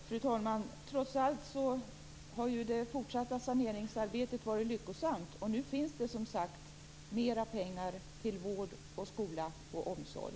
Fru talman! Trots allt har ju det fortsatta saneringsarbetet varit lyckosamt. Nu finns det, som sagt, mer pengar till vård, skola och omsorg.